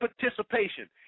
participation